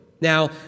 Now